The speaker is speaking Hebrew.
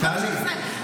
זה כל נשות ישראל,